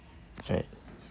right